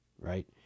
right